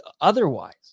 otherwise